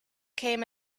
came